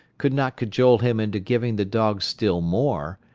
could not cajole him into giving the dogs still more,